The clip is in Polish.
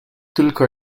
tylko